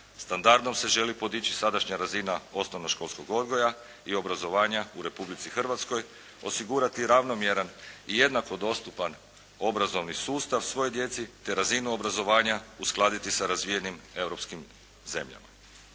Standardom se želi podići sadašnja razina osnovnoškolskog odgoja i obrazovanja u Republici Hrvatskoj, osigurati ravnomjeran i jednako dostupan obrazovni sustav svoj djeci te razinu obrazovanja uskladiti sa razvijenim europskim zemljama.